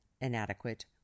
inadequate